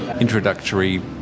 introductory